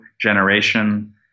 generation